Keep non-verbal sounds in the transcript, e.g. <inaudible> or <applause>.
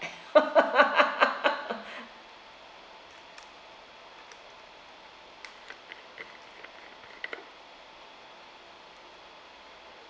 <laughs>